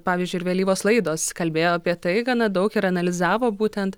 pavyzdžiui ir vėlyvos laidos kalbėjo apie tai gana daug ir analizavo būtent